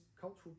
cultural